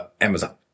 Amazon